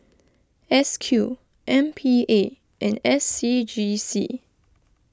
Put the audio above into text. S Q M P A and S C G C